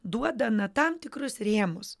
duoda na tam tikrus rėmus